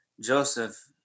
Joseph